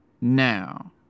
Now